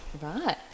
Right